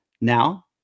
Now